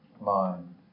mind